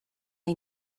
may